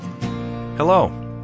Hello